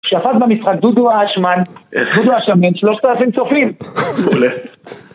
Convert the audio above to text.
שבת במשחק דודו השמן, דודו השמן, 3,000 צופים! מעולה.